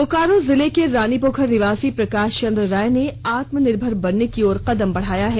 बोकारो जिले के रानीपोखर निवासी प्रकाश चंद्र राय ने आत्म निर्भर बनने की ओर कदम बढ़ाया है